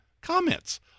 comments